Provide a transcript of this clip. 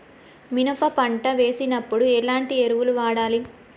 మినప పంట వేసినప్పుడు ఎలాంటి ఎరువులు వాడాలి?